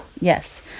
Yes